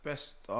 Best